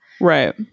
right